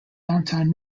downtown